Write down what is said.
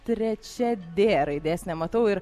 trečia d raidės nematau ir